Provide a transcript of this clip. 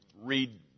read